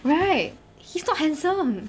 right he's not handsome